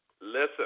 Listen